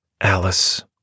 Alice